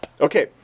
Okay